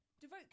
devote